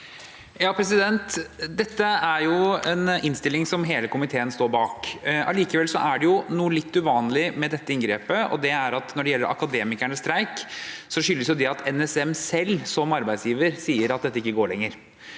(H) Dette er en innstil- ling som hele komiteen står bak. Allikevel er det noe litt uvanlig med dette inngrepet. Det er at når det gjelder Akademikernes streik, skyldes den at NSM selv, som arbeidsgiver, sier at dette ikke går lenger.